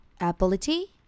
ability